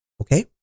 okay